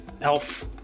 Elf